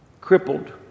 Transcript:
crippled